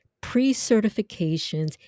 pre-certifications